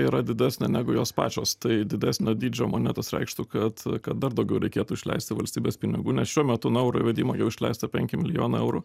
yra didesnė negu jos pačios tai didesnio dydžio monetos reikštų kad kad dar daugiau reikėtų išleisti valstybės pinigų nes šiuo metu nuo euro įvedimo jau išleista penki milijonai eurų